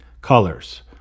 Colors